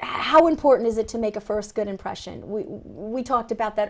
how important is it to make a first good impression we will talk about that